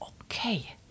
okay